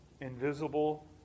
invisible